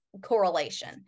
correlation